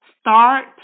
Start